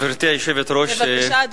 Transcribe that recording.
אדוני, בבקשה.